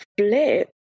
flip